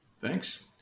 Thanks